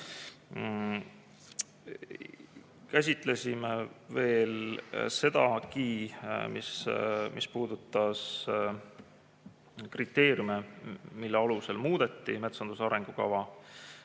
Käsitlesime veel sedagi, mis puudutas kriteeriume, mille alusel muudeti metsanduse arengukava.